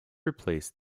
replaced